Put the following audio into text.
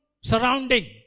surrounding